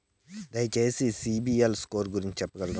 దయచేసి CIBIL score గురించి చెప్పగలరా?